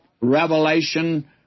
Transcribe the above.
revelation